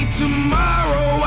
tomorrow